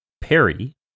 Perry